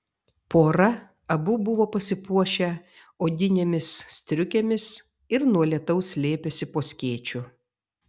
pora abu buvo pasipuošę odinėmis striukėmis ir nuo lietaus slėpėsi po skėčiu